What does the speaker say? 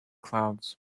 clouds